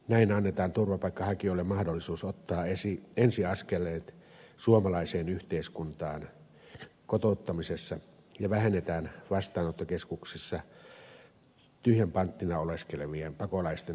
näin annetaan turvapaikanhakijoille mahdollisuus ottaa ensi askeleet suomalaiseen yhteiskuntaan kotouttamisessa ja vähennetään vastaanottokeskuksissa tyhjän panttina oleskelevien pakolaisten turhautumista